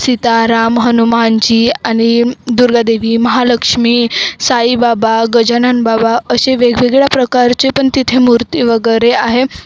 सीताराम हनुमानजी आणि दुर्गादेवी महालक्ष्मी साईबाबा गजानन बाबा असे वेगवेगळ्या प्रकारचे पण तिथे मूर्ती वगैरे आहे